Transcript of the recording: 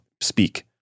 speak